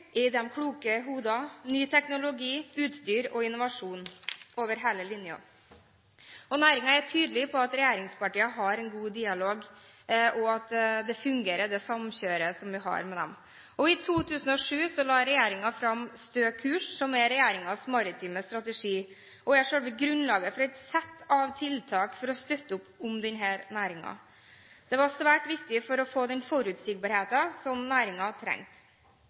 i kloke hoder, ny teknologi, utstyr og innovasjon over hele linjen. Næringen er tydelig på at regjeringspartiene har en god dialog, og at det samkjøret fungerer. I 2007 la regjeringen fram «Stø kurs», som er regjeringens maritime strategi, og som er selve grunnlaget for et sett av tiltak for å støtte opp om denne næringen. Det var svært viktig for å få den forutsigbarheten som